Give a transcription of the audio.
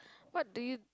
what do you